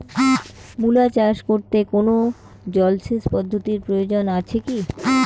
মূলা চাষ করতে কোনো জলসেচ পদ্ধতির প্রয়োজন আছে কী?